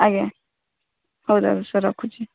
ଆଜ୍ଞା ହଉ ତା'ହେଲେ ସାର୍ ରଖୁଛି